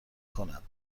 کنند